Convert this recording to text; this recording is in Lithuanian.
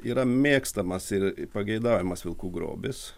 yra mėgstamas ir pageidaujamas vilkų grobis